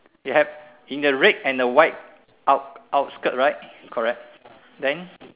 you have in the red and the white out~ outskirt right correct then